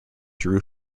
drew